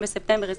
30 בספטמבר 2020,